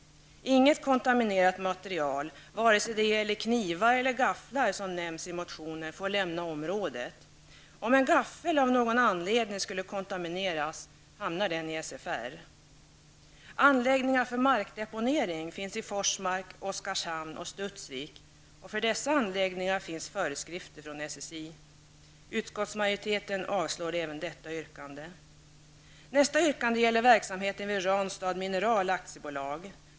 Inget kontaminerat material, vare sig det gäller knivar eller gafflar, som nämns i motionen, får lämna området. Om en gaffel av någon anledning skulle kontamineras, hamnar den i SFR. Anläggningar för markdeponering finns i Forsmark, Oskarshamn och Studsvik, och för dessa anläggningar finns föreskrifter från SSI. Utskottsmajoriteten avstyrker även detta yrkande. Nästa yrkande gäller verksamheten vid Ranstad Mineral AB.